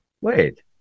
Wait